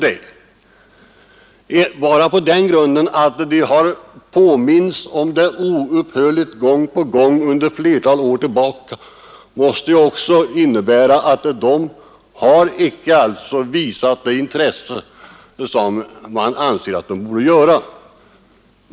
De har gång på gång sedan flera år tillbaka påmints om nödvändigheten att vidta åtgärder för att komma till rätta med problemen men har inte visat det intresse som man anser att de borde ha visat.